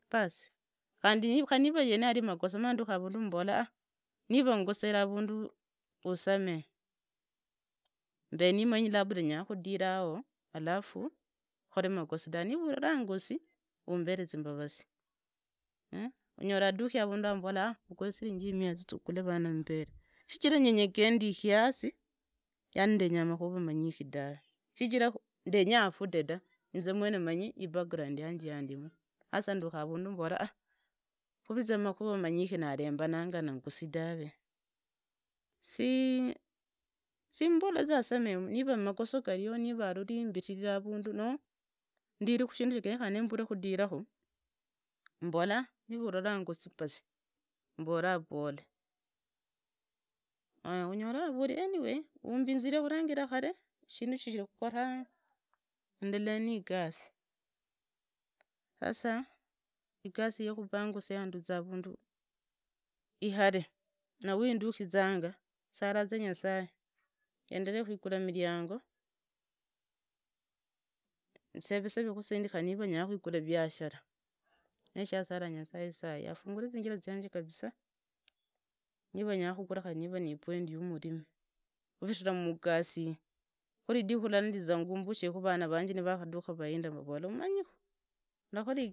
Basi kandi niva niye yari magoso, manduka avundi mubola niva ungusera avundu usamehe. Mbe nimanyi labda nyakudiraha alafu ngore mayoso da, niva urura ngosi umbere zimbarasi. Unyora aduki avundu ambola vugura siringi imia zia ugule vanambere, shijira nyenyekei ndi kiasi yani ndenya makhura manyinye dave. shijira ndenya afute da, inze mwene manyi ibackground yanje yandimu. sasa nduka avundu mbora a kuveza mumakuva aminje narembanaga nangusi dave, si mmola za asamehe niva magoso yahio, niva arori mbitira avundu, noho ndiri khushinda cha genyekanangi mburi kudiraku, mmbola niva urora nyosi, basi mbora pole. Ma unyora avori mmh anyway umbinziri kurangila kare shindu shukiri kukora endelea nigasi. Sasa igasi yokuhangusa yanduriza havundu ihare na windukizanga saraza nyasaye yendele kwiyura miriango seve seve zisendi kari niva nyakwigura iviasara. Nisho shosaria nyasaye sahi afungure zinsira zianje kabisa, niva nyakugura kari epoindi yomurimi, kuvitira mugasi iyi. Kuridku lilara ndiza ngumbushe vana vanje nivaduka vahindira mbavolaku umanyiku ndakora.